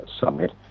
summit